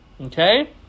okay